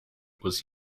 was